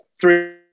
three